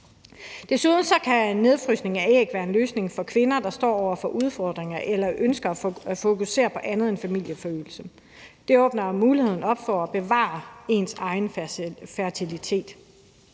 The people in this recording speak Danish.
Desuden kan nedfrysning af æg være en løsning for kvinder, der står over for udfordringer eller ønsker at fokusere på andet end familieforøgelse. Det åbner muligheden for, at man kan bevare ens egen fertilitet.